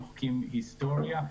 מוחקים היסטוריה.